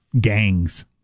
gangs